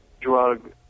drug